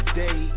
day